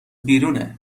بیرونه